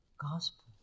gospel